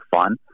fun